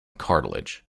cartilage